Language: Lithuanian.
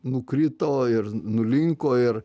nukrito ir nulinko ir